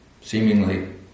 seemingly